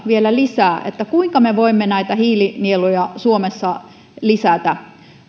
vielä lisää niitä keinoja kuinka me voimme näitä hiilinieluja suomessa lisätä